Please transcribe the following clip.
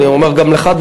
אני אומר גם לך,